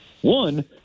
One